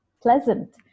pleasant